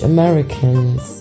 Americans